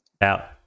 Out